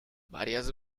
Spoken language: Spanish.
varias